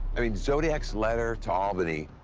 i mean, zodiac's letter to albany,